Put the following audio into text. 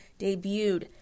debuted